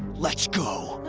let's go. ah,